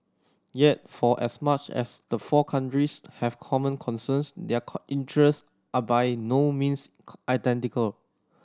yet for as much as the four countries have common concerns their core interests are by no means identical